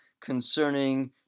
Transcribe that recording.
concerning